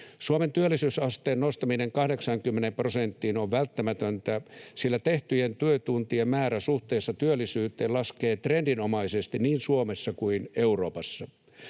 Suomen työllisyysasteen nostaminen 80 prosenttiin on välttämätöntä, sillä tehtyjen työtuntien määrä suhteessa työllisyyteen laskee trendinomaisesti niin Suomessa kuin Euroopassa.